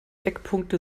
eckpunkte